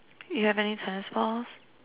you have any tennis balls